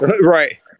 right